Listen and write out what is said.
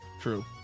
true